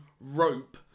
rope